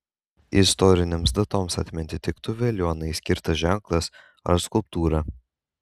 istorinėms datoms atminti tiktų veliuonai skirtas ženklas ar skulptūra